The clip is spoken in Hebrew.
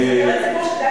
אני יכול לצאת.